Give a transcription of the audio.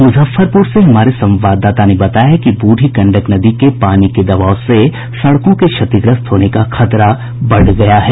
मुजफ्फरपुर से हमारे संवाददता ने बताया है कि बूढ़ी गंडक नदी के पानी के दबाव से सड़कों के क्षतिग्रस्त होने का खतरा बढ़ गया है